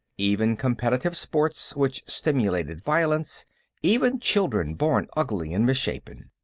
even competitive sports which simulated violence even children born ugly and misshapen.